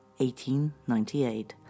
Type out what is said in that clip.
1898